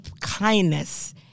kindness